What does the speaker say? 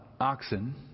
oxen